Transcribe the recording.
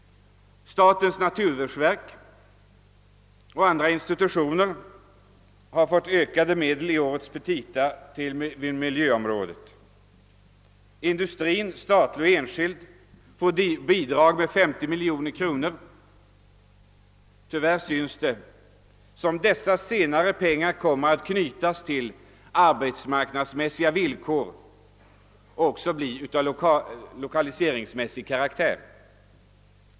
Statens naturvårdsverk och andra institutioner föreslås i årets statsverksproposition få ökade medel till miljöområdet. Industrin — statlig och enskild — får bidrag med 50 miljoner kronor. Tyvärr ser det ut som om detta belopp kommer att knytas till arbetsmarknadsmässiga villkor och även bli av lokaliseringsmässig karaktär.